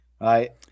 right